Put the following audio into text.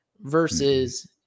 versus